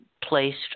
placed